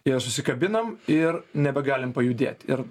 ir susikabinam ir nebegalim pajudėti ir